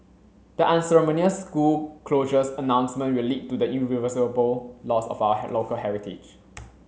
the unceremonious school closures announcement will lead to the irreversible loss of our local heritage